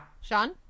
Sean